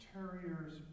Terriers